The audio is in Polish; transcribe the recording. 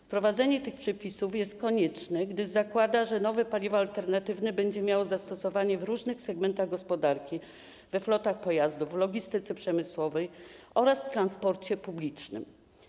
Wprowadzenie tych przepisów jest konieczne, gdyż zakłada, że nowe paliwo alternatywne będzie miało zastosowanie w różnych segmentach gospodarki: we flotach pojazdów, w logistyce przemysłowej oraz w transporcie publicznym.